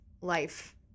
life